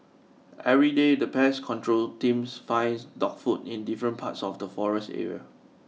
everyday the pest control teams finds dog food in different parts of the forest area